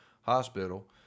hospital